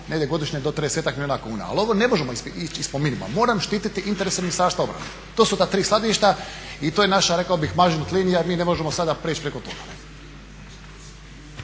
negdje godišnje do 30-ak milijuna kuna. Ali ovo ne možemo ići ispod minimuma. Moram štiti interese Ministarstva obrane. To su ta tri skladišta i to je naša rekao bih …/Govornik se ne razumije./… linija mi ne možemo sada preći preko toga.